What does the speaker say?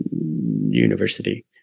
University